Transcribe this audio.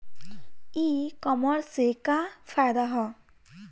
ई कामर्स से का फायदा ह?